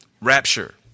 Rapture